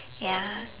ya